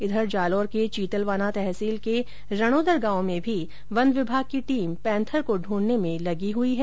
इधर जालोर के चीतलवाना तहसील के रणोदर गांव में भी वन विभाग की टीम पेंथर को ढूंढने में लगी हुई है